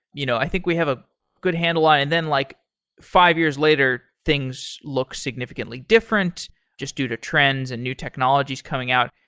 you know i think we have a good handle on it, and then like five years later, things look significantly different just due to trends and new technologies coming out.